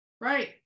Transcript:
right